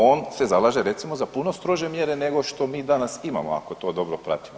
On se zalaže recimo za puno strože mjere nego što mi danas imamo ako to dobro pratimo.